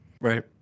Right